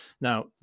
Now